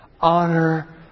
honor